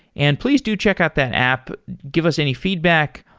and please do check out that app. give us any feedback.